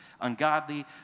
ungodly